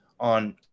on